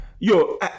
Yo